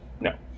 No